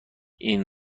این